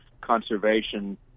conservation